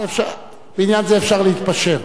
בעניין זה אפשר להתפשר.